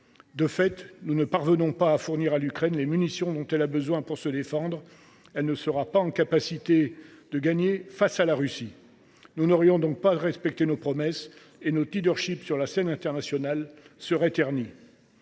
De fait, si nous ne parvenons pas à fournir à l’Ukraine les munitions dont elle a besoin pour se défendre, elle ne sera pas en mesure de gagner face à la Russie. Nous n’aurions donc pas respecté nos promesses et notre leadership sur la scène internationale en serait terni.